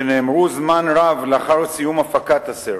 שנאמרו זמן רב לאחר סיום הפקת הסרט,